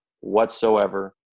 whatsoever